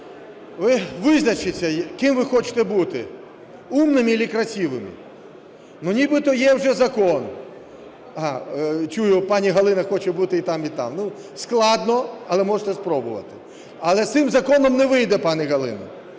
Ви визначіться, ким ви хочете бути: умными или красивыми. Нібито є вже закон. Чую, пані Галина хоче бути і там і там. Складно, але можна спробувати. Але з цим законом не вийде, пані Галино.